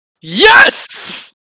Yes